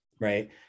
right